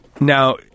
Now